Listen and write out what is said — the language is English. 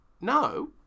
No